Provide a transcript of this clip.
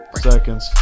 Seconds